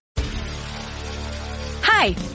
Hi